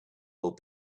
will